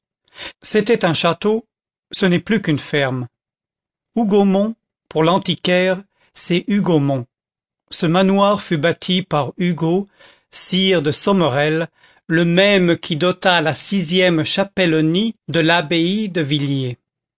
c'était un château ce n'est plus qu'une ferme hougomont pour l'antiquaire c'est hugomons ce manoir fut bâti par hugo sire de somerel le même qui dota la sixième chapellenie de l'abbaye de villers